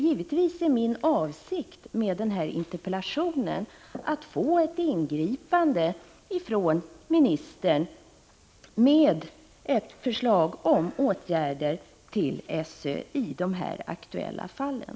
Givetvis är min avsikt med den här interpellationen att få ett ingripande från ministern med ett förslag till åtgärder när det gäller SÖ i de aktuella fallen.